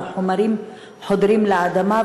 והחומרים חודרים לאדמה,